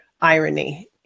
irony